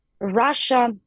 Russia